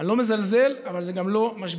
אני לא מזלזל, אבל זה גם לא משברי.